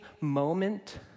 moment